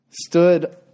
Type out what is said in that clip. stood